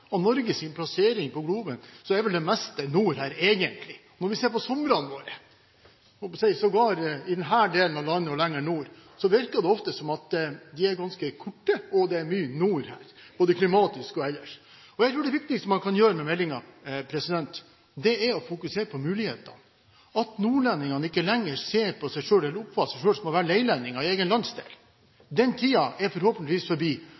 og Norges plassering på kloden, er vel det meste her nord, egentlig. Når vi ser på somrene våre, sågar i denne delen av landet og lenger nord, virker det ofte som om de er ganske korte, og det er mye som er nord, både klimatisk og ellers. Jeg tror det viktigste man kan gjøre med meldingen, er å fokusere på mulighetene. Nordlendingene ser ikke lenger på seg selv, eller oppfatter seg selv, som leilendinger i egen landsdel. Den tiden er forhåpentligvis forbi.